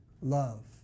love